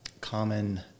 common